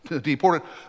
deported